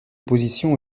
oppositions